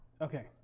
Okay